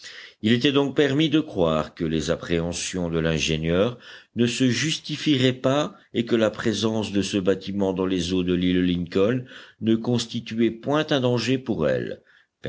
il était donc permis de croire que les appréhensions de l'ingénieur ne se justifieraient pas et que la présence de ce bâtiment dans les eaux de l'île lincoln ne constituait point un danger pour elle